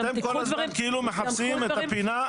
אתם כל הזמן מפחדים מהאיחוד האירופי,